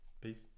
Peace